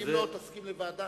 ואם לא, תסכים לוועדה?